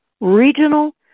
regional